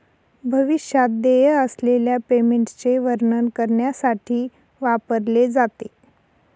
भविष्यात देय असलेल्या पेमेंटचे वर्णन करण्यासाठी वापरले जाते